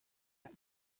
that